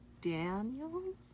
daniels